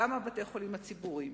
גם בתי-החולים הציבוריים.